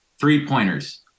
three-pointers